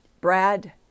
Brad